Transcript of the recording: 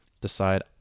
decide